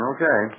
Okay